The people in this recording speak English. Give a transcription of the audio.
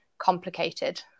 complicated